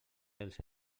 els